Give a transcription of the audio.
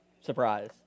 surprise